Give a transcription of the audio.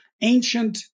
ancient